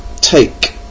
take